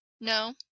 No